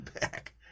back